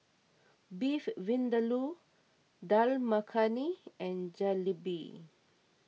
Beef Vindaloo Dal Makhani and Jalebi